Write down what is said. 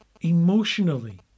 emotionally